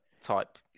type